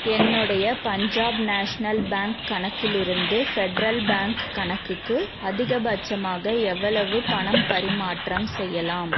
என்னுடைய Punjab National Bank கணக்கில் இருந்து ஃபெட்ரல் பேங்க் கணக்குக்கு அதிகபட்சமாக எவ்வளவு பணம் பரிமாற்றம் செய்யலாம்